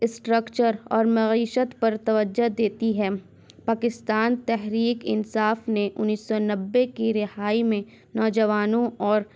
structure اور معیشت پر توجہ دیتی ہے پاکستان تحریک انصاف نے انیس سو نبے کی رہائی میں نوجوانوں اور